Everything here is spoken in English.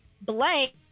blank